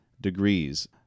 degrees